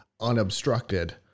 Unobstructed